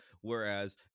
whereas